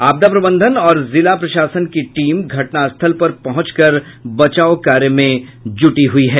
आपदा प्रबंधन और जिला प्रशासन की टीम घटनास्थल पर पहुंचकर बचाव कार्य में जुट गयी है